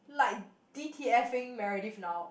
like D_T_F in Meredith now